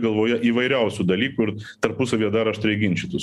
galvoje įvairiausių dalykų ir tarpusavyje dar aštriai ginčytųs